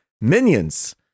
Minions